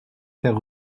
faire